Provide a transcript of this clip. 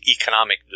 economic